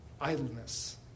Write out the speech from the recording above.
idleness